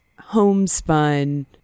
Homespun